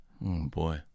boy